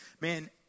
man